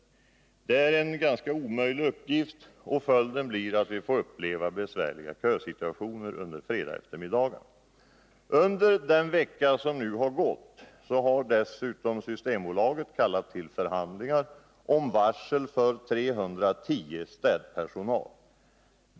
Det är en omöjlig uppgift, och följden blir att vi får uppleva besvärliga kösituationer under fredagseftermiddagarna. Under den vecka som nu har gått har Systembolaget dessutom kallat till förhandlingar om varsel för 310 av städpersonalen.